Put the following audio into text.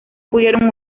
pudieron